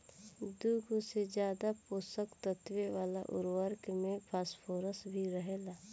दुगो से ज्यादा पोषक तत्व वाला उर्वरक में फॉस्फोरस भी रहेला